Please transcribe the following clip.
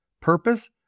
Purpose